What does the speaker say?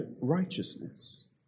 righteousness